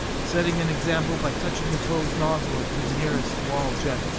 setting an example by touching his hose nozzle to the nearest wall jet.